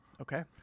Okay